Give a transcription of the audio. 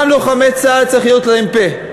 גם ללוחמי צה"ל צריך להיות פה.